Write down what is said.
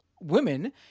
women